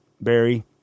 Barry